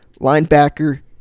linebacker